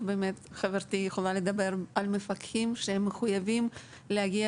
חברתי יכולה לדבר על מפקחים שמחויבים להגיע